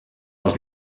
les